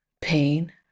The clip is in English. pain